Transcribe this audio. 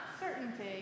certainty